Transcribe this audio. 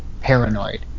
paranoid